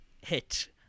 hit